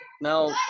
Now